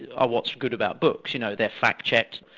are what's good about books, you know, they're fact-checked.